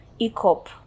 ECOP